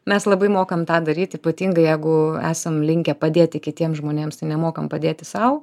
mes labai mokam tą daryt ypatingai jeigu esam linkę padėti kitiems žmonėms ir nemokam padėti sau